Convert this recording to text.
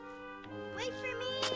wait for me!